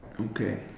Okay